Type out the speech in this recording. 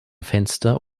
fenster